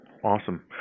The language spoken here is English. Awesome